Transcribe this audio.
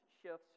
shifts